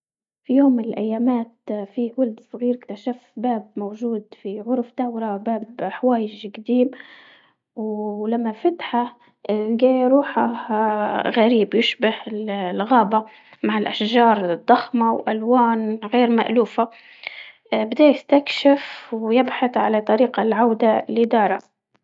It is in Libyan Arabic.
في يوم من الايامات في ولد صغير اكتشف باب موجود في غرفته باب حوايج قديم، ولما فتحه لقى روحه غريب يشبه الغابة مع الأشجار الضخمة وألوان غير مألوفة، اه بديه ويبحث على طريق العودة لداره.